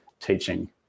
teaching